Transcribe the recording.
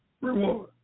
reward